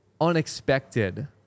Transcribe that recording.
unexpected